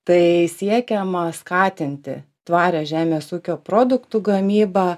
tai siekiama skatinti tvarią žemės ūkio produktų gamybą